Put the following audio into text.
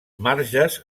marges